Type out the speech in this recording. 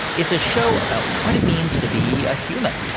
it's a show about what it means to be a human.